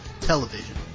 Television